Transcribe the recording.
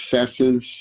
successes